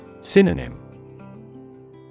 Synonym